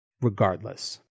regardless